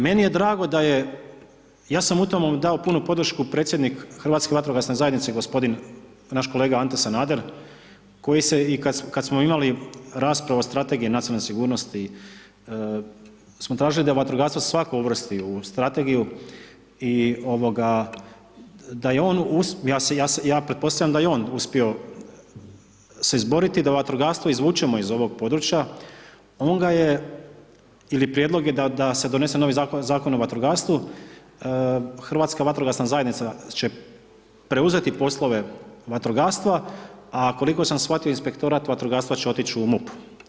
Meni je drago da je, ja sam u tom do punu podršku, predsjednik Hrvatske vatrogasne zajednice, gospodin naš kolega Ante Sanader koji se, i kad smo imali raspravu o Strategiji nacionalne sigurnosti smo tražili da vatrogastvo se svakako uvrsti u strategiju i da je on, ja pretpostavljam da je on uspio se izboriti da vatrogastvo izvučemo iz ovog područja, on ga je, ili prijedlog je da se donese novi Zakon o vatrogastvu, Hrvatska vatrogasna zajednica će preuzeti poslovi vatrogastva a koliko sam shvatio, inspektorat vatrogastva će otići u MUP.